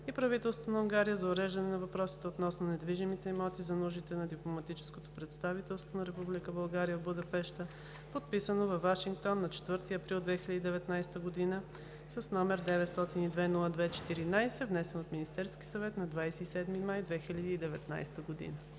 и правителството на Унгария за уреждане на въпросите относно недвижимите имоти за нуждите на дипломатическото представителство на Република България в Будапеща, подписано във Вашингтон на 4 април 2019 г., № 902-02-14, внесен от Министерския съвет на 27 май 2019 г.“